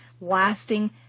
Lasting